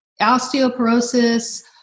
osteoporosis